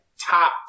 top